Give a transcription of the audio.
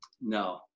No